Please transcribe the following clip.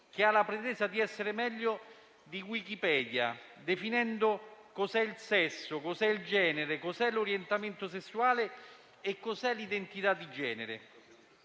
che ha la pretesa di essere meglio di Wikipedia, definendo cosa sono il sesso, il genere, l'orientamento sessuale e l'identità di genere.